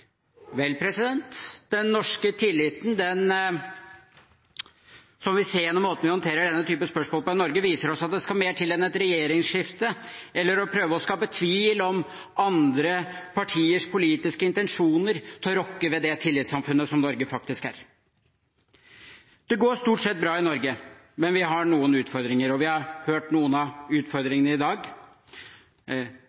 Vel, den norske tilliten som vi ser gjennom måten vi håndterer denne typen spørsmål på i Norge, viser oss at det skal mer til enn et regjeringsskifte eller at man prøver å skape tvil om andre partiers politiske intensjoner for å rokke ved det tillitssamfunnet som Norge faktisk er. Det går stort sett bra i Norge, men vi har noen utfordringer, og vi har hørt om noen av